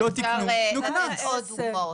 לא תיקנו, תנו קנס.